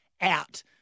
out